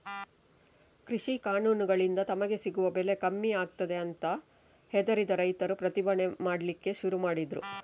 ಕೃಷಿ ಕಾನೂನುಗಳಿಂದ ತಮಗೆ ಸಿಗುವ ಬೆಲೆ ಕಮ್ಮಿ ಆಗ್ತದೆ ಅಂತ ಹೆದರಿದ ರೈತರು ಪ್ರತಿಭಟನೆ ಮಾಡ್ಲಿಕ್ಕೆ ಶುರು ಮಾಡಿದ್ರು